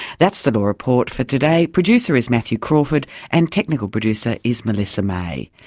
that's the law report for today. producer is matthew crawford, and technical producer is melissa may.